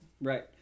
Right